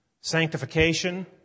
Sanctification